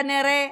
כנראה,